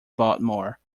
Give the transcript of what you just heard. baltimore